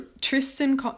Tristan